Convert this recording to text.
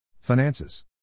Finances